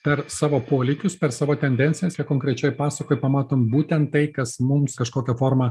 per savo polėkius per savo tendencijas konkrečioj pasakoj pamatom būtent tai kas mums kažkokia forma